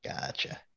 Gotcha